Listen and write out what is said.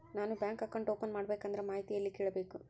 ನಾನು bank account open ಮಾಡಬೇಕಂದ್ರ ಮಾಹಿತಿ ಎಲ್ಲಿ ಕೇಳಬೇಕು?